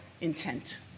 intent